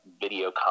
video